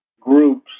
groups